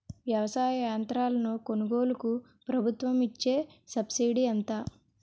వ్యవసాయ యంత్రాలను కొనుగోలుకు ప్రభుత్వం ఇచ్చే సబ్సిడీ ఎంత?